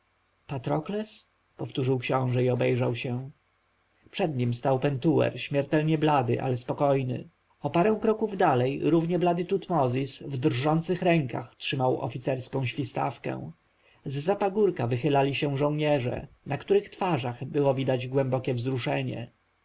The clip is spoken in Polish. patrokles powtórzył książę i obejrzał się przed nim stał pentuer blady ale spokojny o parę kroków dalej równie blady tutmozis w drżących rękach trzymał oficerską świstawkę z za pagórka wychylali się żołnierze na których twarzach widać było głębokie wzruszenie